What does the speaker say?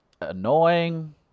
annoying